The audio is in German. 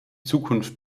zukunft